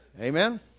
Amen